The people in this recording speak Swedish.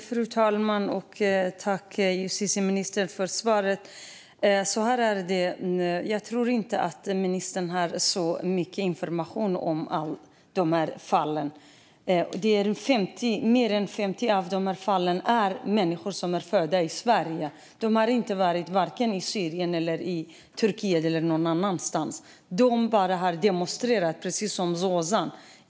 Fru talman! Tack, justitieministern, för svaret! Så här är det: Jag tror inte att ministern har så mycket information om de här fallen. Mer än 50 av de här fallen rör människor som är födda i Sverige. De har inte varit vare sig i Syrien eller i Turkiet eller någon annanstans. De har bara demonstrerat, precis som Zozan.